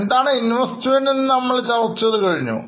എന്താണ് investment എന്ന് നമ്മൾ പഠിച്ചു കഴിഞ്ഞു